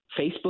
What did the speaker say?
Facebook